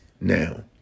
now